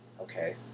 Okay